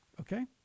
Okay